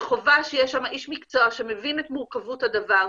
שחובה שיהיה שם איש מקצוע שמבין את מורכבות הדבר,